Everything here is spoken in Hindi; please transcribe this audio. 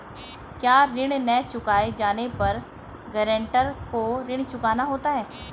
क्या ऋण न चुकाए जाने पर गरेंटर को ऋण चुकाना होता है?